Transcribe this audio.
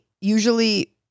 usually